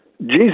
Jesus